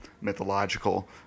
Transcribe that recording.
mythological